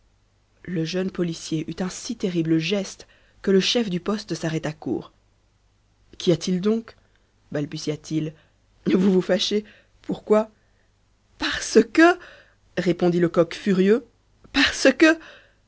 le jeune policier eut un si terrible geste que le chef du poste s'arrêta court qu'y a-t-il donc balbutia-t-il vous vous fâchez pourquoi parce que répondit lecoq furieux parce que